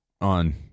on